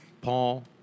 Paul